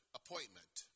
appointment